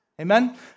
amen